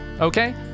okay